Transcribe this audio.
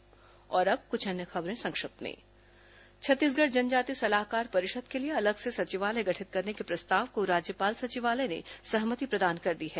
संक्षिप्त समाचार अब कुछ अन्य खबरें संक्षिप्त में छत्तीसगढ़ जनजाति सलाहकार परिषद के लिए अलग से सचिवालय गठित करने के प्रस्ताव को राज्यपाल सचिवालय ने सहमति प्रदान कर दी है